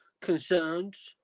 concerns